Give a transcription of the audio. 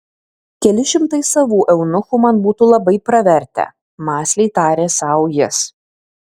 keli šimtai savų eunuchų man būtų labai pravertę mąsliai tarė sau jis